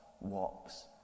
walks